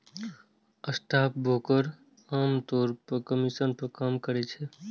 stockbroker आम तौर पर कमीशन पर काज करै छै